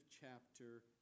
chapter